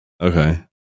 Okay